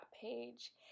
page